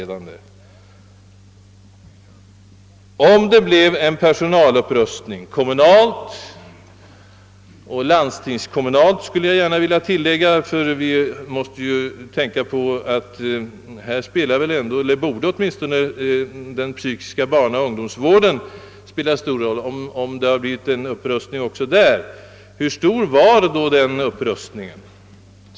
Och om det blev en personalupprustning — kommunalt och landstingskommunalt, vill jag tillägga, ty den psykiska barnaoch ungdomsvården borde ju härvidlag spela stor roll — hur stor var då denna upprustning?